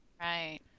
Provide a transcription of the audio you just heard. Right